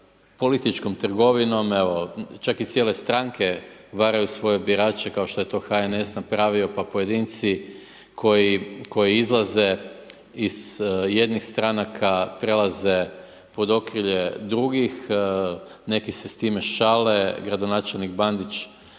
političkom trgovinom, evo čak i cijele stranke varaju svoje birače kao što je to HNS napravio, pa pojedinci koji izlaze s jednih stranka, prelaze pod …/Govornik se ne razumije./… drugih. Neki se s tim šale, gradonačelnik Bandić javnim